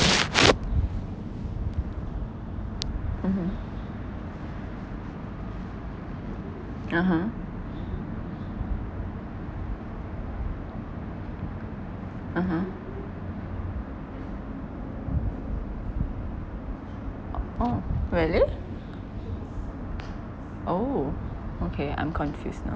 mmhmm (uh huh) (uh huh) oh really oh okay I'm confused now